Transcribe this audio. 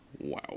Wow